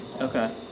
okay